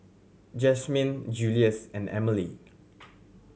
Jasmyn Julious and Emily